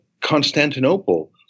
Constantinople